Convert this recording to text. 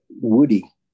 Woody